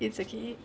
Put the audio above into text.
it's okay